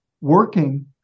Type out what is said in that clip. working